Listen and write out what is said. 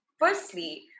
firstly